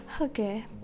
Okay